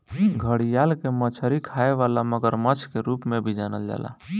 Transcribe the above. घड़ियाल के मछरी खाए वाला मगरमच्छ के रूप में भी जानल जाला